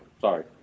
Sorry